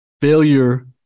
failure